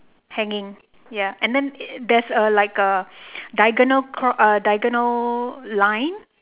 hanging ya and then there's a like a diagonal cro~ a diagonal line